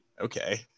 okay